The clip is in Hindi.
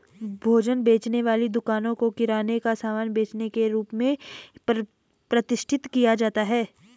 भोजन बेचने वाली दुकानों को किराने का सामान बेचने के रूप में प्रतिष्ठित किया जाता है